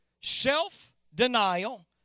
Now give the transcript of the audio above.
Self-denial